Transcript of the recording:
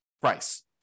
price